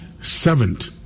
seventh